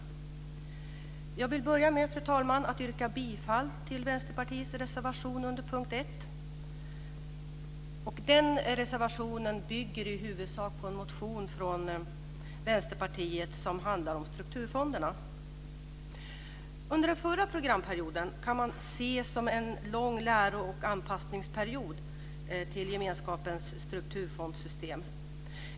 Jag vill börja med att yrka bifall till Vänsterpartiets reservation under punkt 1. Den reservationen bygger i huvudsak på en motion från Vänsterpartiet som handlar om strukturfonderna. Den förra programperioden kan man se som en lång läro och anpassningsperiod till gemenskapens strukturfondssystem.